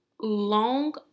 long